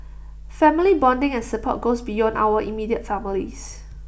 family bonding and support goes beyond our immediate families